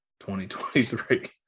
2023